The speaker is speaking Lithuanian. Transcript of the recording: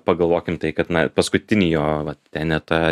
pagalvokim tai kad na paskutinį jo vat tenetą